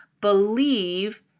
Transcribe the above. believe